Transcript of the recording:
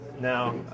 now